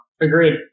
Agreed